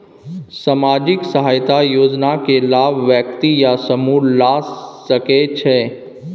सामाजिक सहायता योजना के लाभ व्यक्ति या समूह ला सकै छै?